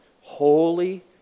holy